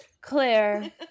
Claire